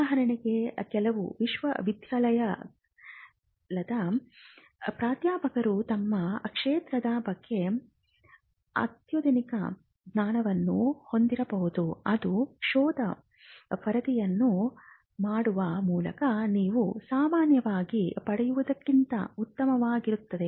ಉದಾಹರಣೆಗೆ ಕೆಲವು ವಿಶ್ವವಿದ್ಯಾನಿಲಯದ ಪ್ರಾಧ್ಯಾಪಕರು ತಮ್ಮ ಕ್ಷೇತ್ರದ ಬಗ್ಗೆ ಅತ್ಯಾಧುನಿಕ ಜ್ಞಾನವನ್ನು ಹೊಂದಿರಬಹುದು ಅದು ಶೋಧ ವರದಿಯನ್ನು ಮಾಡುವ ಮೂಲಕ ನೀವು ಸಾಮಾನ್ಯವಾಗಿ ಪಡೆಯುವುದಕ್ಕಿಂತ ಉತ್ತಮವಾಗಿರುತ್ತದೆ